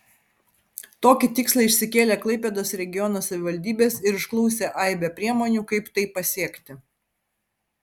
tokį tikslą išsikėlė klaipėdos regiono savivaldybės ir išklausė aibę priemonių kaip tai pasiekti